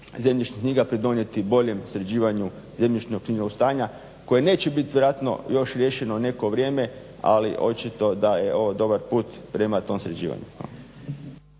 zemljišnih knjiga pridonijeti boljem sređivanju zemljišno-knjižnog stanja koje neće biti vjerojatno još riješeno neko vrijeme, ali očito da je ovo dobar put prema tom sređivanju.